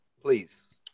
Please